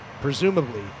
presumably